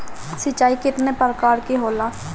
सिंचाई केतना प्रकार के होला?